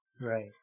right